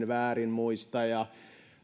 väärin muista ja